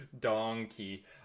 Donkey